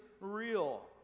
real